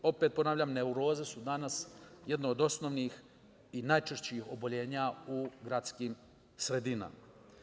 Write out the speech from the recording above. Opet ponavljam, neuroze su danas jedno od osnovnih i najčešćih oboljenja u gradskim sredinama.